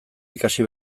ikasi